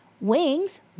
Wings